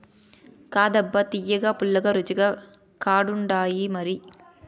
కాదబ్బా తియ్యగా, పుల్లగా, రుచిగా కూడుండాయిమరి